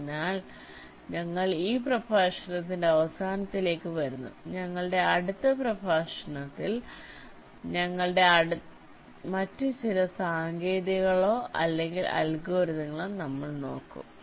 അതിനാൽ ഞങ്ങൾ ഈ പ്രഭാഷണത്തിന്റെ അവസാനത്തിലേക്ക് വരുന്നു ഞങ്ങളുടെ അടുത്ത പ്രഭാഷണങ്ങളിൽ ഞങ്ങളുടെ അടുത്ത പ്രഭാഷണത്തിൽ മറ്റ് ചില സാങ്കേതികതകളോ അല്ലെങ്കിൽ അൽഗരിതങ്ങളോ നമ്മൾ നോക്കും